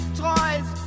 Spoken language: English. toys